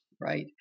Right